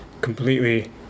completely